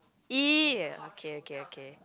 !ee! okay okay okay